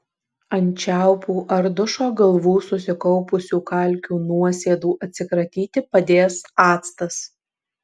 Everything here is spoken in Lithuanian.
ant čiaupų ar dušo galvų susikaupusių kalkių nuosėdų atsikratyti padės actas